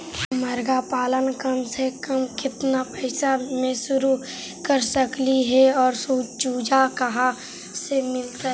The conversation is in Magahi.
मरगा पालन कम से कम केतना पैसा में शुरू कर सकली हे और चुजा कहा से मिलतै?